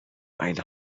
ein